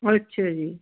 ਅੱਛਾ ਜੀ